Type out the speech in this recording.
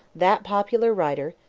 that popular writer,